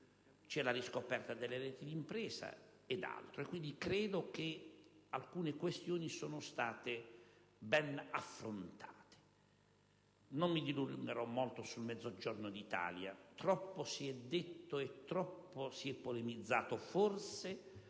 poi la riscoperta delle reti di impresa, ed altro. Credo quindi che alcune questioni siano state ben affrontate. Non mi dilungherò sul Mezzogiorno d'Italia: troppo si è detto e troppo si è polemizzato. Forse